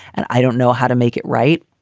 and i don't know how to make it right,